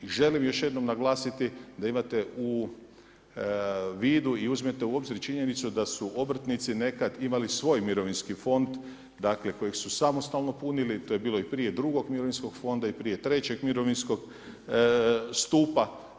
I želim još jednom naglasiti da imate u vidu i uzmete u obzir i činjenicu da su obrtnici nekad imali svoj mirovinski fond dakle kojeg su samostalno punili i to je bilo i prije drugog mirovinskog fonda i prije trećeg mirovinskog stupa.